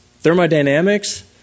thermodynamics